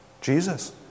Jesus